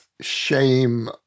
shame